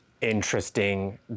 interesting